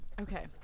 Okay